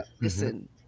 listen